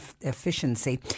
efficiency